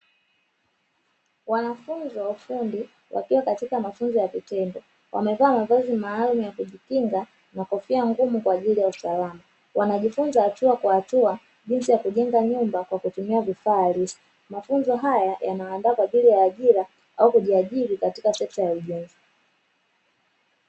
Wanafunzi wa ufundi wakiwa katika mafunzo ya vitendo wamevaa mavazi maalum ya kujikinga na kofia ngumu kwa ajili ya usalama, wanajifunza hatua kwa hatua jinsi ya kujenga nyumba kwa kutumia vifaa harisi mafunzo haya yanaandaa kwa ajili ya ajira au kujiajiri katika sekta ya ujenzi.